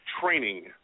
training